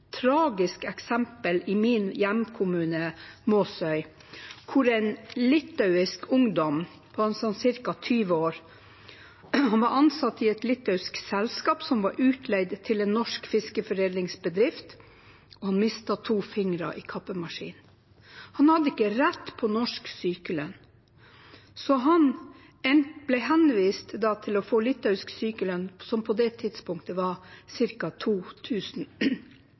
tragisk eksempel i min hjemkommune, Måsøy, hvor en litauisk ungdom på ca. 20 år, som var ansatt i et litauisk selskap og utleid til en norsk fiskeforedlingsbedrift, mistet to fingre i kappemaskinen. Han hadde ikke rett på norsk sykelønn, så han ble henvist til å få litauisk sykelønn, som på det tidspunktet var